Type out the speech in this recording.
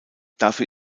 dafür